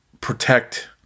protect